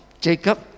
Jacob